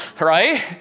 right